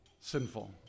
sinful